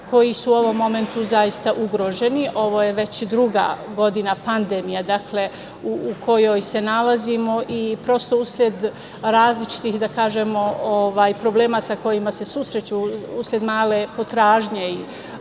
koji su u ovom momentu zaista ugroženi. Ovo je već druga godina pandemije u kojoj se nalazimo i prosto usled različitih problema sa kojima se susreću, usled male potražnje